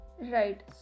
Right